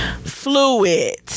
fluid